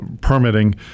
permitting